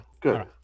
Good